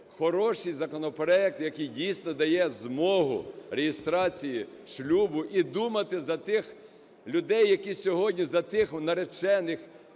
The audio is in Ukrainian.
хороший законопроект, який дійсно дає змогу реєстрації шлюбу і думати за тих людей, які сьогодні, за тих наречених,